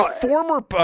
former